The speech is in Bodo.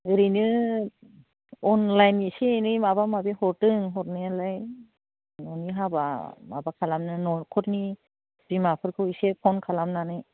ओरैनो अनलाइन एसे एनै माबा माबि हरदों हरनायालाय न'नि हाबा माबा खालामनो न'खरनि बिमाफोरखौ इसे फन खालामनानै